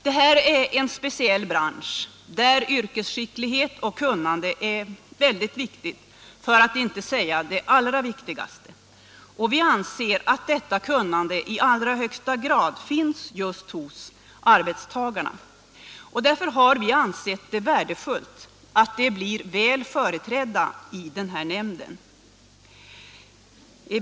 Det här är en speciell bransch där yrkesskicklighet och kunnande är mycket viktigt, för att inte säga det allra viktigaste. Vi anser att detta kunnande i allra högsta grad finns just hos arbetstagarna. Därför har vi ansett det värdefullt att de blir väl företrädda i den här nämnden.